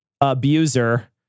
abuser